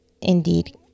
indeed